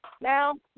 Now